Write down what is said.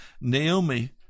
Naomi